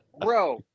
Bro